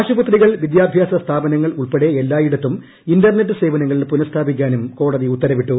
ആശുപത്രികൾ വിദ്യാഭ്യാസ സ്ഥാപനങ്ങൾ ഉൾപ്പെടെ എല്ലായിടത്തും ഇന്റർനെറ്റ് സേവനങ്ങൾ പുനഃസ്ഥാപിക്കാനും കോടതി ഉത്തരവിട്ടു